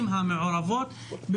המעורבות וכולם עכשיו מדברים על כך,